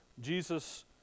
Jesus